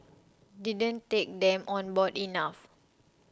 didn't take them on board enough